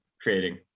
creating